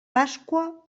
pasqua